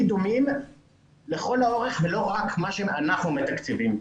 דומים לכל האורך ולא רק מה שאנחנו מתקצבים.